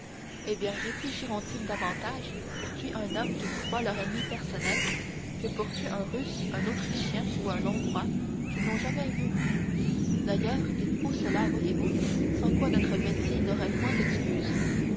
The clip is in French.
eh bien réfléchiront ils davantage pour tuer un homme qu'ils croient leur ennemi personnel que pour tuer un russe un autrichien ou un hongrois qu'ils n'ont jamais vu d'ailleurs il faut cela voyez-vous sans quoi notre métier n'aurait point d'excuse